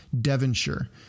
Devonshire